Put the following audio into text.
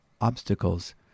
obstacles